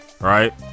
right